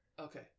Okay